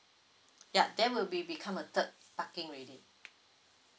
yup then will be become a third parking already